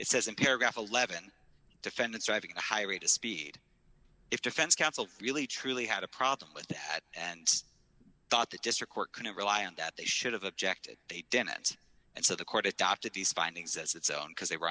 it says in paragraph eleven defendants driving a high rate of speed if defense counsel really truly had a problem with that and thought that district court couldn't rely on that they should have objected they didn't and so the court adopted these findings as its own because